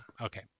Okay